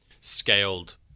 scaled